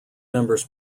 members